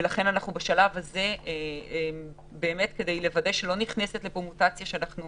ולכן בשלב הזה אנחנו רוצים לוודא שלא נכנסת לפה מוטציה שתגרום